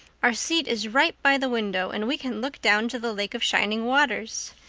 our seat is right by the window and we can look down to the lake of shining waters.